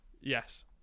Yes